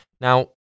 Now